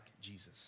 Jesus